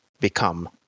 become